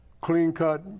clean-cut